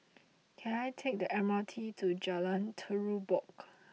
can I take the M R T to Jalan Terubok